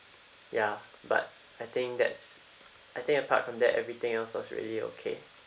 ya but I think that's I think apart from that everything else was really okay